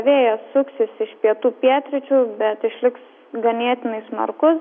vėjas suksis iš pietų pietryčių bet išliks ganėtinai smarkus